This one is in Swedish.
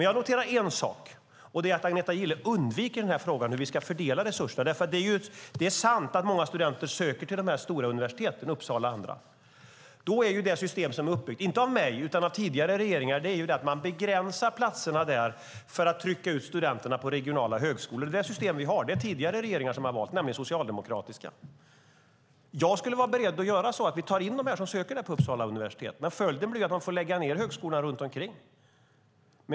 Jag noterar en sak, och det är att Agneta Gille undviker frågan om hur vi ska fördela resurserna. Det är sant att många studenter söker till de stora universiteten i Uppsala och på andra orter. Det system som är uppbyggt, inte av mig utan av tidigare regeringar, innebär att man begränsar platserna där för att trycka ut studenterna på regionala högskolor. Det är det system vi har, och det är tidigare regeringar som har valt det, nämligen socialdemokratiska sådana. Jag är beredd att göra så att vi tar in dem som söker till Uppsala universitet, men följden blir att man får lägga ned högskolorna runt omkring.